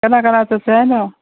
ꯀꯅꯥ ꯀꯅꯥ ꯆꯠꯁꯤ ꯍꯥꯏꯅꯣ